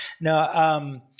No